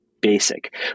basic